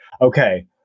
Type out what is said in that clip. okay